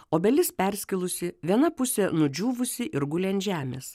obelis perskilusi viena pusė nudžiūvusi ir guli ant žemės